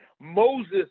Moses